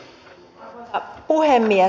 arvoisa puhemies